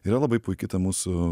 yra labai puiki ta mūsų